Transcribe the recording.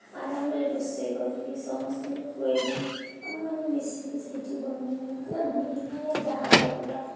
ଆରାମରେ ରୋଷେଇ କରିକି ସମସ୍ତଙ୍କୁ ଖୁଆଇବି ଆମେମାନେ ମିଶିକି ସେଇଠି ବନାଇବା ୟା ବୁଲିବା ୟା ଯାହା କରିବା